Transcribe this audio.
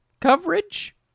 coverage